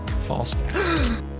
False